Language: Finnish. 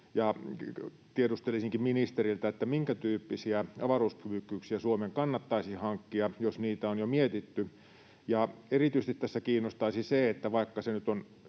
tiedustelisinkin ministeriltä, minkä tyyppisiä avaruuskyvykkyyksiä Suomen kannattaisi hankkia, jos niitä on jo mietitty. Erityisesti tässä kiinnostaisi se — vaikka nyt on